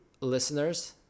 listeners